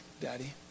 Daddy